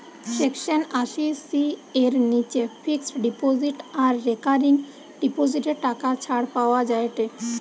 section আশি C এর নিচে ফিক্সড ডিপোজিট আর রেকারিং ডিপোজিটে টাকা ছাড় পাওয়া যায়েটে